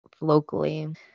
locally